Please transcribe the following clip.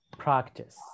practice